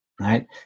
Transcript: right